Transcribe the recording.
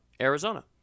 Arizona